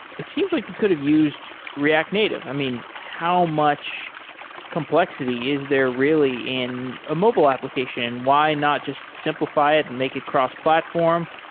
it seems like you could have used react native. i mean, how much complexity is there really in a mobile application and why not just simplify it and make it cross-platform?